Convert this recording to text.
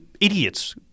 idiots